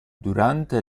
durante